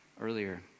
earlier